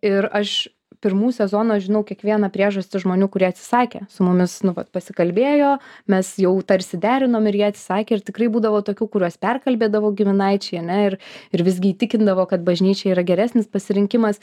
ir aš pirmų sezonų aš žinau kiekvieną priežastį žmonių kurie atsisakė su mumis nu vat pasikalbėjo mes jau tarsi derinom ir jie atsisakė ir tikrai būdavo tokių kuriuos perkalbėdavo giminaičiai ne ir ir visgi įtikindavo kad bažnyčia yra geresnis pasirinkimas